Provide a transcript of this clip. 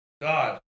God